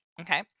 Okay